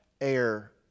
air